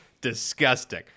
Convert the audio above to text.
disgusting